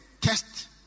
test